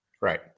Right